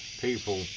people